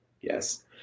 yes